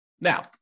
Now